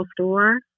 store